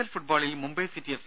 L ഫുട്ബോളിൽ Mumbai City F